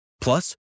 Plus